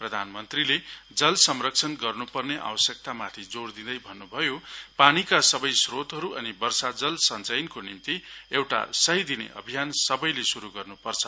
प्रधान मन्त्रीले जल संरक्षण गर्नु पर्ने आवश्यकता माथि जोड़ दिँदै भन्नु भयो पानीका सूबै श्रोतहरु अनि वर्षाजल संचयनको निम्ति एउटा राय दिने अभियान सबैले शुरु गर्नु पर्छ